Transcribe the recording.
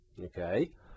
okay